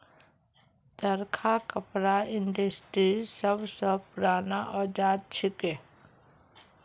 चरखा कपड़ा इंडस्ट्रीर सब स पूराना औजार छिके